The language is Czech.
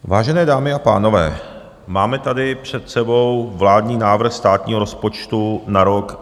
Vážené dámy a pánové, máme tady před sebou vládní návrh státního rozpočtu na rok 2023.